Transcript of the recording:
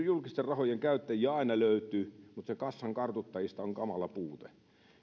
julkisten rahojen käyttäjiä aina löytyy mutta sen kassan kartuttajista on kamala puute